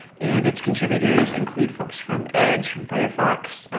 and its contributors include folks from edge, from firefox,